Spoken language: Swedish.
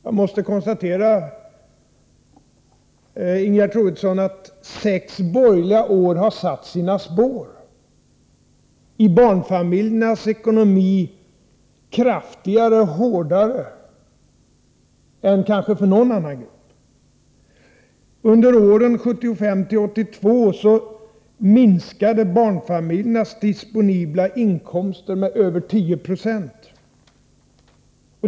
Jag måste konstatera, Ingegerd Troedsson, att sex borgerliga år har satt sina spår, i barnfamiljernas ekonomi kraftigare och hårdare än för kanske någon annan grupp. Under åren 1975-1982 minskade barnfamiljernas disponibla inkomster med över 10 96.